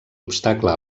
obstacle